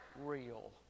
real